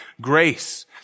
grace